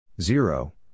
Zero